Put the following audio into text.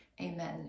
Amen